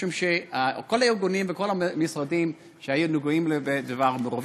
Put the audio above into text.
משום שכל הארגונים וכל המשרדים שנגעו בדבר,